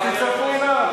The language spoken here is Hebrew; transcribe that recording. אז תצטרפו אליו,